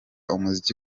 umuziki